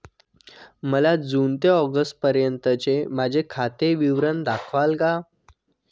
मला जून ते ऑगस्टपर्यंतचे माझे खाते विवरण दाखवाल का?